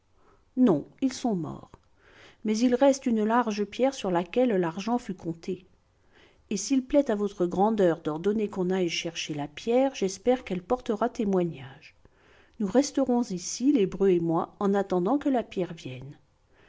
non ils sont morts mais il reste une large pierre sur laquelle l'argent fut compté et s'il plaît à votre grandeur d'ordonner qu'on aille chercher la pierre j'espère qu'elle portera témoignage nous resterons ici l'hébreu et moi en attendant que la pierre vienne